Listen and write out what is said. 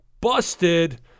busted